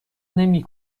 نمی